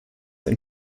ein